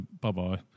Bye-bye